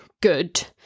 good